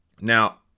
Now